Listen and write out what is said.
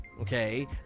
okay